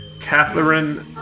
Catherine